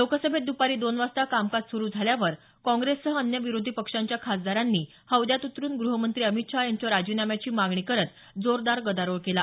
लोकसभेत दपारी दोन वाजता कामकाज सुरू झाल्यावर काँग्रेससह अन्य विरोधी पक्षाच्या खासदारांनी हौद्यात उतरुन ग्रहमंत्री अमित शहा यांच्या राजीनाम्याची मागणी करत जोरदार गदारोळ केला